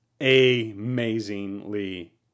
amazingly